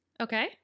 Okay